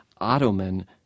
ottoman